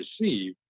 receive